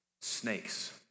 snakes